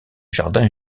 jardin